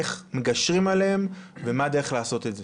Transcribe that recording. איך מגשרים עליהם, ומה הדרך לעשות את זה.